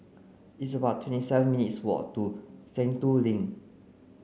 it's about twenty seven minutes' walk to Sentul Link